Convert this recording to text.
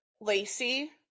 Lacey